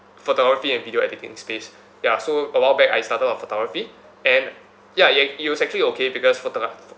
photography and video editing space ya so awhile back I started on photography and ya ye~ it was actually okay because photograp~